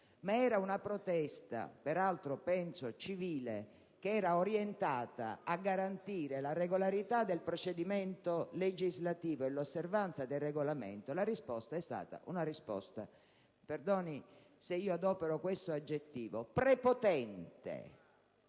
ma era una protesta - peraltro civile, penso - orientata a garantire la regolarità del procedimento legislativo e l'osservanza del Regolamento, è stata data una risposta - mi perdoni se adopero questo aggettivo - prepotente